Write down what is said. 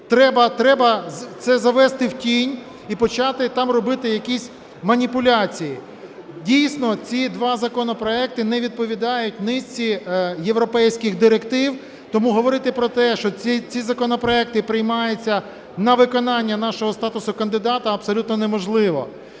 треба це завести в тінь і почати там робити якісь маніпуляції. Дійсно, ці два законопроекти не відповідають низці європейських директив, тому говорити про те, що ці законопроекти приймаються на виконання нашого статусу кандидата, абсолютно неможливо.